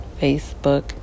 Facebook